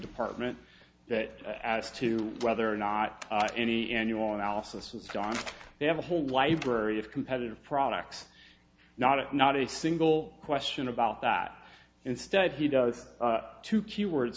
department that as to whether or not any annual analysis is done they have a whole library of competitive products not it not a single question about that instead he does two keyword